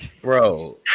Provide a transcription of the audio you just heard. Bro